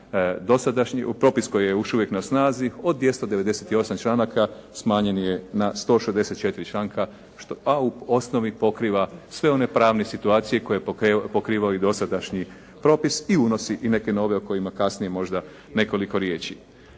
dosadašnji propis koji je još uvijek na snazi. Od 298. članak smanjen je na 164., a u osnovi pokriva sve one pravne situacije koje je pokrivao i dosadašnji propis i unosi i neke nove o kojima kasnije možda nekoliko riječi.